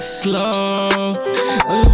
slow